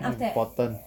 not important